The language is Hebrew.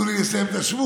תנו לי לסיים את השוונג.